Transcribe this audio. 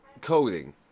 coding